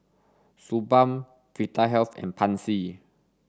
Suu Balm Vitahealth and Pansy